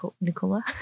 Nicola